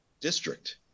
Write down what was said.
district